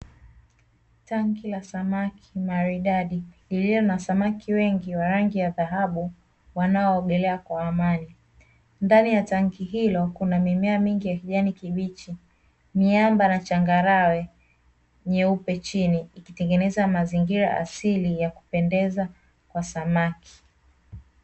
Tanki la samaki maridadi, lililo na samaki wengi wa rangi ya dhahabu wanao ogelea kwa amani. Ndani ya tanki hilo kuna mimea mingi ya kijani kibichi, miamba na changarawe nyeupe chini, kutengeneza mazingira asili ya kupendeza kwa samaki.